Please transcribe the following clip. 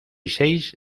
seis